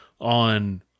on